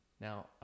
Now